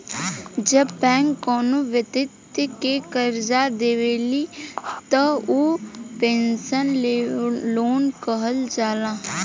जब बैंक कौनो बैक्ति के करजा देवेली त उ पर्सनल लोन कहल जाला